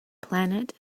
planet